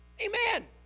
Amen